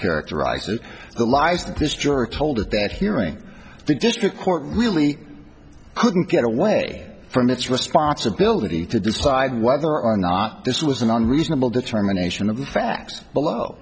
characterize it the lies that this juror told at that hearing the district court really couldn't get away from its responsibility to decide whether or not this was an unreasonable determination of the facts below